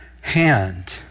hand